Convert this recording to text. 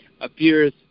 appears